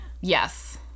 Yes